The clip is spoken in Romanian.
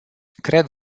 cred